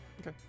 Okay